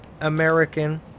American